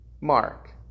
Mark